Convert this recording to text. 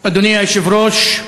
אדוני היושב-ראש,